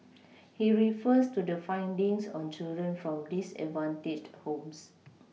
he refers to the findings on children from disadvantaged homes